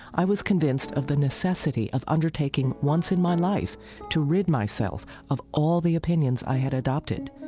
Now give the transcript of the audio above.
i was convinced of the necessity of undertaking once in my life to rid myself of all the opinions i had adopted,